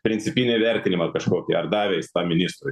principinį vertinimą kažkokį ar davė jis tam ministrui